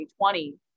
2020